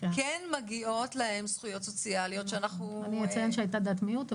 מגיעות זכויות סוציאליות --- אני אציין הייתה דעת מיעוט,